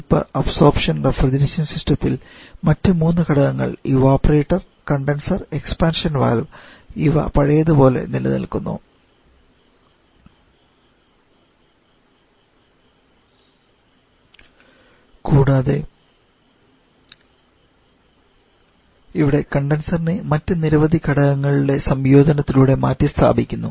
vapour absorption refrigeration സിസ്റ്റത്തിൽ മറ്റു മൂന്നു ഘടകങ്ങൾ ഇവപൊറേറ്റർ കണ്ടൻസർ എക്സ്പാൻഷൻ വാൽവ് ഇവ പഴയതുപോലെ നിലനിൽക്കുന്നു ഇവിടെ കണ്ടൻസറിനെ മറ്റ് നിരവധി ഘടകങ്ങളുടെ സംയോജനത്തിലൂടെ മാറ്റിസ്ഥാപിക്കുന്നു